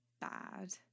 bad